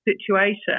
situation